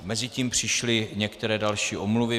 Mezitím přišly některé další omluvy.